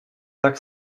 tak